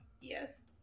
Yes